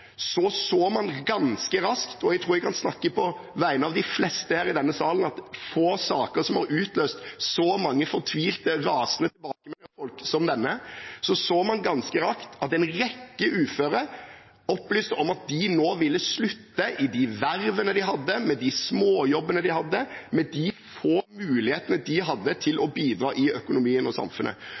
så man ganske raskt – og jeg tror jeg kan si på vegne av de fleste her i denne salen at det er få saker som har utløst så mange fortvilte, rasende tilbakemeldinger fra folk som denne har gjort – at en rekke uføre opplyste om at de nå ville slutte i de vervene de hadde, med de småjobbene de hadde, med de få mulighetene de hadde til å bidra i økonomien og samfunnet.